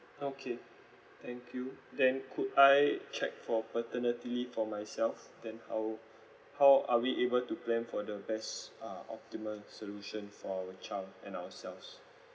okay thank you then could I check for paternity leave for myself then how how are we able to plan for the best uh optimal solution for our child and ourselves